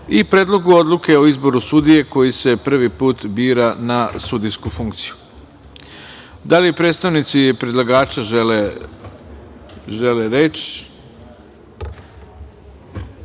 i Predlogu odluke o izboru sudije koji se prvi put bira na sudijsku funkciju. Da li predstavnici predlagača žele